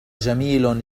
جميل